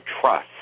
trust